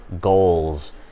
goals